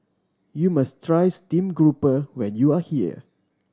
you must try steamed grouper when you are here